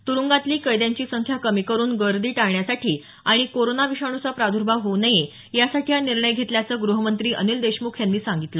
तुरुंगातली कैंद्यांची संख्या कमी करुन गर्दी टाळण्यासाठी आणि कोरोना विषाणूचा प्रादर्भाव होऊ नये यासाठी हा निर्णय घेतल्याचं ग्रहमंत्री अनिल देशमुख यांनी सांगितलं